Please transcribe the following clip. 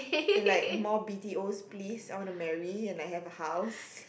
and like more B_T_Os please I wanna marry and like have a house